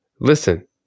Listen